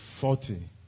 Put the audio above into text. Forty